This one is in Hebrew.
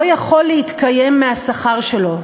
לא יכול להתקיים מהשכר שלו?